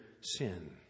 sin